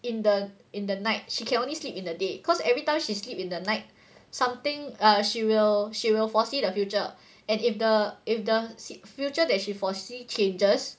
in the in the night she can only sleep in the day cause everytime she sleep in the night something uh she will she will foresee the future and if the if the future that she foresee changes